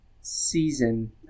season